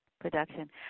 production